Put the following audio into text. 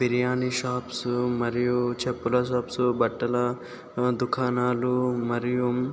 biryani shops మరియు చెప్పుల shops బట్టల దుకాణాలు మరియు